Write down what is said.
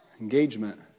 engagement